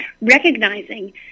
recognizing